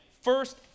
First